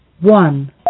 one